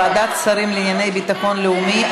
ועדת שרים לענייני ביטחון לאומי),